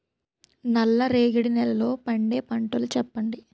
నల్ల రేగడి నెలలో పండే పంటలు చెప్పండి?